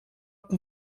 com